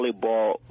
volleyball